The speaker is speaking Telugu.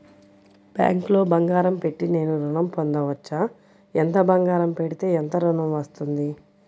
బ్యాంక్లో బంగారం పెట్టి నేను ఋణం పొందవచ్చా? ఎంత బంగారం పెడితే ఎంత ఋణం వస్తుంది?